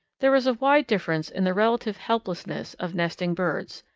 there is a wide difference in the relative helplessness of nesting birds,